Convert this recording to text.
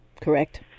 correct